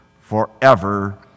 forever